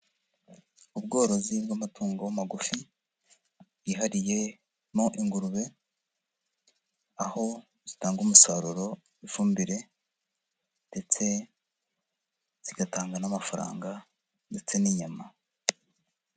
Ubworozi bw'amatungo magufi bwihariyemo ingurube, aho zitanga umusaruro w'ifumbire ndetse zigatanga n'amafaranga ndetse n'inyama.